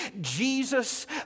Jesus